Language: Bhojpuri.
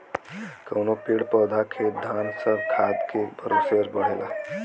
कउनो पेड़ पउधा खेत धान सब खादे के भरोसे बढ़ला